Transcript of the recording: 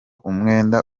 umwenda